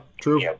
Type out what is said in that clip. true